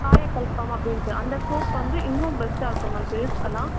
காயகல்பம் அப்படின்ட்டு அந்த சோப் வந்து இன்னும் பெஸ்ட்டாக இருக்கும் மேம் ஃபேஸ்க்கெலாம்